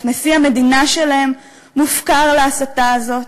איך נשיא המדינה שלהם מופקר להסתה הזאת.